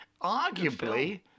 Arguably